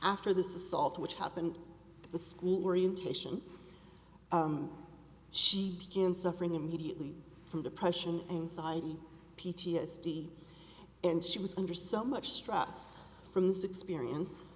after this assault which happened the school orientation she begins suffering immediately from depression anxiety p t s d and she was under so much stress from this experience